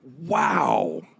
Wow